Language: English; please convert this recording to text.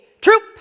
troop